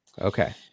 okay